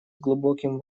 глубоким